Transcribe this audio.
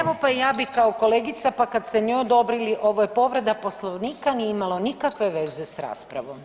Evo i ja bih kao kolegica pa kad ste njoj odobrili, ovo je povreda Poslovnika nije imalo nikakve veze s raspravom.